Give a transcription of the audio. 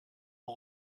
ont